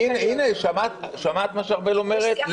שמעת מה שארבל אומרת?